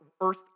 earth